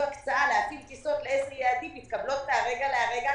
הקצאה להתאים לאיזה יעדים מתקבלות מהרגע להרגע.